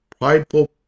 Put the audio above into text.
prideful